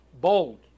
bold